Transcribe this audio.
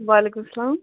وعلیکُم سَلام